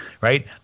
Right